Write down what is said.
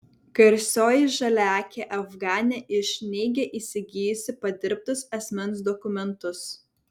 garsioji žaliaakė afganė iš neigia įsigijusi padirbtus asmens dokumentus